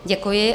Děkuji.